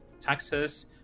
taxes